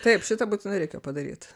taip šitą būtinai reikėjo padaryt